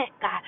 God